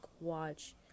watch